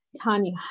tanya